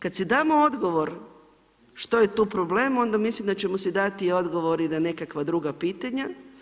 Kad si damo odgovor što je tu problem onda mislim da ćemo si dati odgovor i na nekakva druga pitanja.